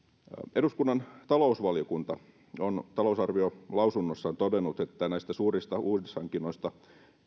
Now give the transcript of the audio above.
eduskunnan talousvaliokunta on talousarviolausunnossaan todennut että näistä suurista uudishankinnoista